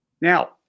Now